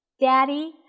Daddy